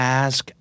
ask